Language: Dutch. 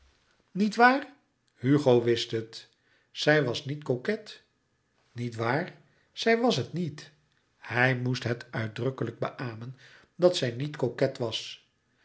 niet waar hugo wist het zij was niet coquet niet waar zij was het niet hij moest het uitdrukkelijk beamen dat zij niet coquet was